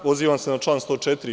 Pozivam se na član 104.